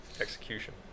Execution